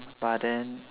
but then